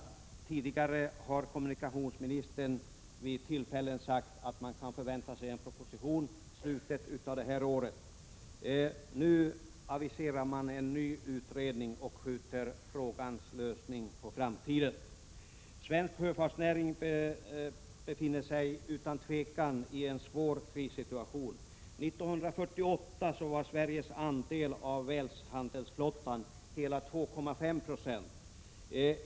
Vid tidigare tillfällen har kommunikationsministern sagt att en proposition kan väntas i slutet av det här året. Nu aviserar man en ny utredning och skjuter frågans lösning på framtiden. Svensk sjöfartsnäring befinner sig utan tvivel i en svår krissituation. 1948 var Sveriges andel av världshandelsflottan hela 2,5 90.